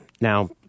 Now